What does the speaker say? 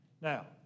Now